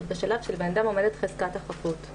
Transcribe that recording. עוד בשלב שלבן אדם עומדת חזקת החפות,